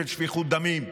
של שפיכות דמים,